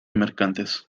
mercantes